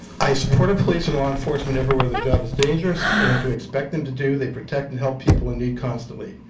i support police and law enforcement everywhere, their job is dangerous, and as we expect them to do, they protect and help people in need constantly.